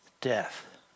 death